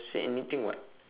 say anything [what]